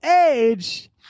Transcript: age